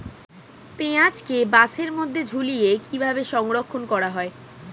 পেঁয়াজকে বাসের মধ্যে ঝুলিয়ে কিভাবে সংরক্ষণ করা হয়?